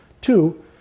Two